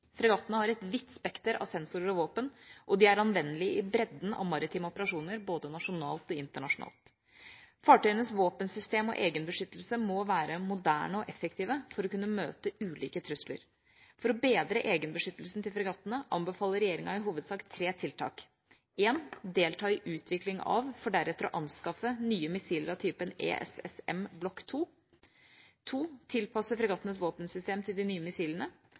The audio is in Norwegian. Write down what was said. Fregattene har et vidt spekter av sensorer og våpen, og de er anvendelige i bredden av maritime operasjoner, både nasjonalt og internasjonalt. Fartøyenes våpensystemer og egenbeskyttelse må være moderne og effektive for å kunne møte ulike trusler. For å bedre egenbeskyttelsen til fregattene anbefaler regjeringa i hovedsak tre tiltak: delta i utvikling av for deretter å anskaffe nye missiler av typen ESSM Block 2 tilpasse fregattenes våpensystem til de nye missilene